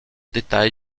détail